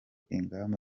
ingamba